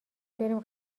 بریم